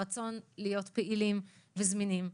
הרצון להיות פעילים וזמינים.